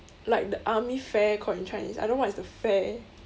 like the army fair called in chinese I don't know what is the fair